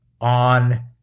on